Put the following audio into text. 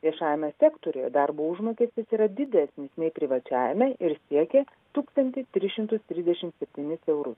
viešajame sektoriuje darbo užmokestis yra didesnis nei privačiajame ir siekia tūkstantį tris šimtus trisdešimt septynis eurus